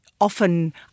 often